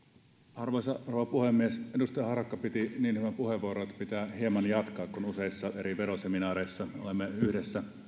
arvoisa rouva puhemies edustaja harakka piti niin hyvän puheenvuoron että pitää hieman jatkaa kun useissa eri veroseminaareissa olemme yhdessä